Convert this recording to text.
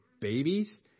babies